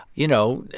you know,